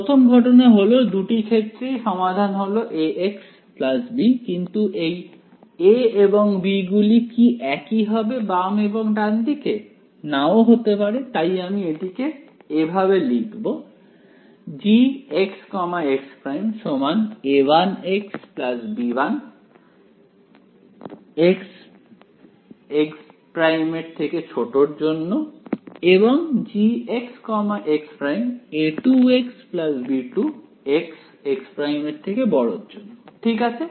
প্রথম ঘটনা হল দুটি ক্ষেত্রেই সমাধান হল Ax B কিন্তু এই A এবং B গুলি কি একই হবে বাম এবং ডান দিকে না ও হতে পারে তাই আমি এটিকে এভাবে লিখবো Gx x′ A1x B1 x x′ এবং Gx x′ A2x B2 x x′ ঠিক আছে